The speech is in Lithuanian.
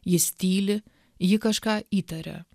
jis tyli ji kažką įtaria